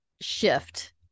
shift